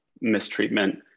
mistreatment